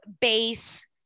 base